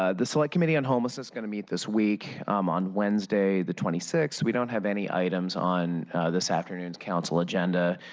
ah the select committee on homelessness will meet this week um on wednesday, the twenty sixth. we don't have any items on this afternoon's council agenda.